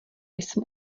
jsem